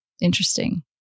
interesting